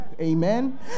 Amen